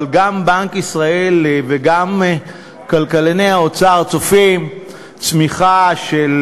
אבל גם בנק ישראל וגם כלכלני האוצר צופים צמיחה של